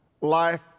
life